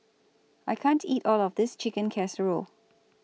I can't eat All of This Chicken Casserole